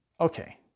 okay